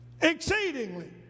exceedingly